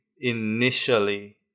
initially